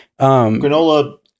Granola